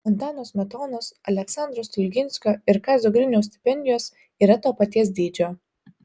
antano smetonos aleksandro stulginskio ir kazio griniaus stipendijos yra to paties dydžio